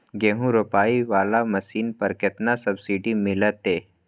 गेहूं रोपाई वाला मशीन पर केतना सब्सिडी मिलते?